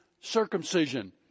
circumcision